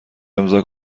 امضاء